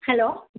hello